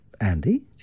Andy